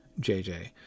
JJ